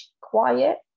quiet